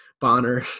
Bonner